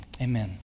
amen